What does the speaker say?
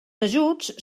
ajuts